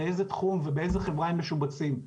לאיזה תחום ובאיזו חברה הם משובצים.